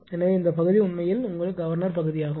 எனவே இந்தப் பகுதி உண்மையில் உங்கள் கவர்னர் பகுதியாகும்